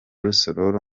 rusororo